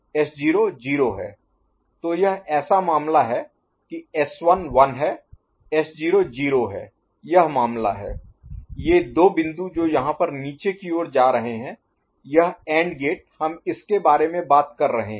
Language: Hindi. तो यह ऐसा मामला है की S1 1 है S0 0 है यह मामला है ये दो बिंदु जो यहाँ पर नीचे की ओर आ रहे हैं यह एंड गेट हम इसके बारे में बात कर रहे हैं